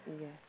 Yes